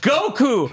Goku